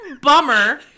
Bummer